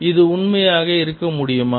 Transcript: இது உண்மையாக இருக்க முடியுமா